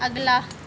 अगला